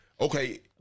okay